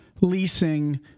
leasing